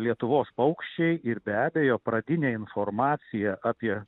lietuvos paukščiai ir be abejo pradinė informacija apie